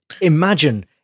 imagine